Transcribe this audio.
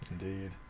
indeed